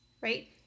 Right